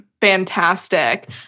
fantastic